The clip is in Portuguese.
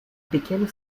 pequeno